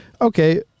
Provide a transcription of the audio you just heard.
Okay